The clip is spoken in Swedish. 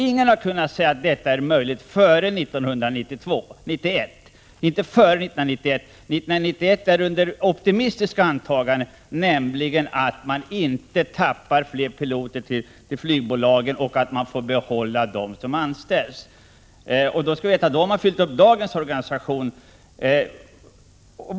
Ingen har kunnat säga att det är möjligt före 1991. 1991 är ett optimistiskt antagande, som grundar sig på att man inte ”tappar” fler redan anställda piloter till flygbolagen och att flygvapnet får behålla de piloter som kommer att utbildas. Då har man fyllt upp dagens organisation.